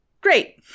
great